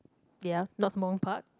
ya not Sembawang Park